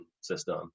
system